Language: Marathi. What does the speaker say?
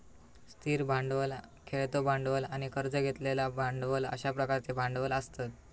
स्थिर भांडवल, खेळतो भांडवल आणि कर्ज घेतलेले भांडवल अश्या प्रकारचे भांडवल असतत